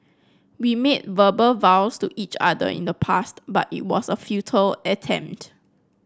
we made verbal vows to each other in the past but it was a futile attempt